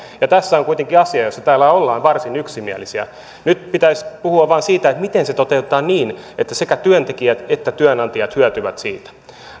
ja tässä on kuitenkin asia josta täällä ollaan varsin yksimielisiä nyt pitäisi puhua vain siitä miten se toteutetaan niin että sekä työntekijät että työnantajat hyötyvät siitä